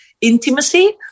intimacy